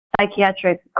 psychiatric